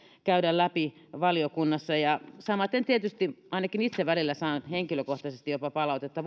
käydä läpi valiokunnassa samaten tietysti voimaantulosäännökset ainakin itse välillä saan henkilökohtaisesti jopa palautetta